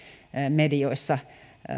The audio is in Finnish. medioissa